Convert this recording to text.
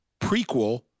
prequel